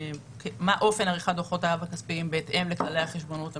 אופן עריכת דוחותיו הכספיים בהתאם לכללי החשבונאות המקובלים.